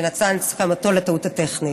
שנתן את הסכמתו לתיקון הטעות הטכנית.